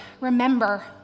Remember